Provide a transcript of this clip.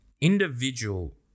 individual